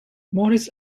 morris